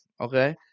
okay